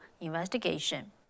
investigation